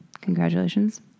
Congratulations